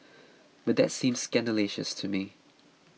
but that seems scandalous to me